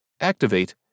activate